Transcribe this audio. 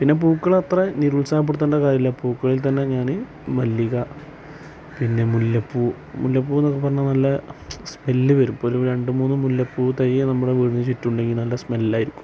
പിന്നെ പൂക്കൾ അത്ര നിരുത്സാഹപ്പെടുത്തേണ്ട കാര്യമില്ല പൂക്കളിൽ തന്നെ ഞാൻ മല്ലിക പിന്നെ മുല്ലപ്പൂ മുല്ലപ്പൂ എന്നൊക്കെ പറഞ്ഞാൽ നല്ല സ്മെല്ല് വരും ഇപ്പോൾ രണ്ടുമൂന്നു മുല്ലപ്പൂ തൈ നമ്മുടെ വീടിൻ്റെ ചുറ്റും ഉണ്ടെങ്കിൽ നല്ല സ്മെല്ല് ആയിരിക്കും